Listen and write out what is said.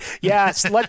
Yes